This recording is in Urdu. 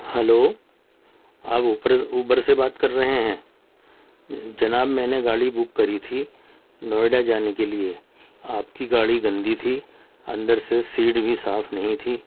ہلو آپ اوبر سے بات کر رہے ہیں جناب میں نے گاڑی بک کری تھی نوئیڈا جانے کے لیے آپ کی گاڑی گندی تھی اندر سے سیٹ بھی صاف نہیں تھی